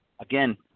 again